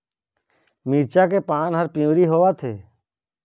मिरचा के पान हर पिवरी होवथे?